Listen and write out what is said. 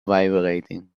vibrating